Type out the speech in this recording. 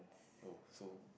oh so